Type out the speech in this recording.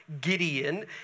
Gideon